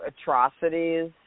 atrocities